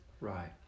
Right